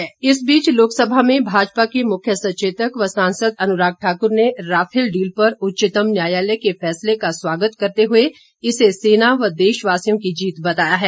Rafale प्रतिक्रिया इस बीच लोकसभा में भाजपा के मुख्य सचेतक व सांसद अनुराग ठाकुर ने राफेल डील पर उच्चतम न्यायालय के फैसले का स्वागत करते हुए इसे सेना व देशवासियों की जीत बताया है